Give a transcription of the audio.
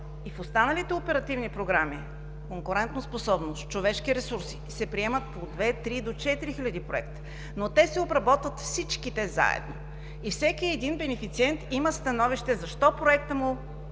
И в останалите оперативни програми – „Конкурентоспособност“, „Човешки ресурси“, се приемат по 2, 3 до 4000 проекта, но те се обработват всичките заедно и всеки един бенефициент има становище защо проектът му